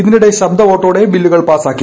ഇതിനിടെ ശബ്പവോട്ടോടെ ബില്ലുകൾ പാസാക്കി